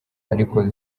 ariko